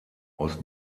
aus